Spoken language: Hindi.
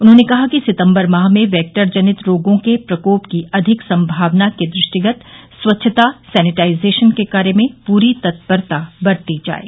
उन्होंने कहा कि सितम्बर माह में वेक्टर जनित रोगों के प्रकोप की अधिक संभावना के दृष्टिगत स्वच्छता सैनिटाइजेशन कार्य में पूरी तत्परता बरती जाये